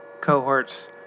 cohorts